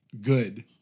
good